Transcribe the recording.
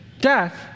death